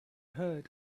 heard